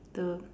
the